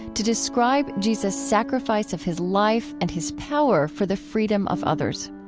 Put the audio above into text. to describe jesus' sacrifice of his life and his power for the freedom of others.